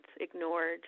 ignored